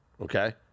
Okay